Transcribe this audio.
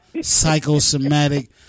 psychosomatic